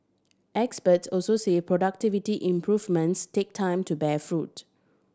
experts also say productivity improvements take time to bear fruit